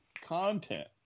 content